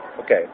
Okay